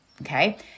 Okay